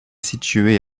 situé